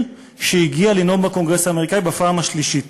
שהגיע לנאום בקונגרס האמריקני בפעם השלישית.